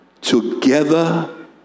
together